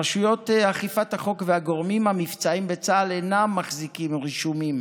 רשויות אכיפת החוק והגורמים המבצעיים בצה"ל אינם מחזיקים רישומים